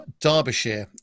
Derbyshire